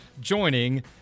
joining